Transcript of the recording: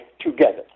together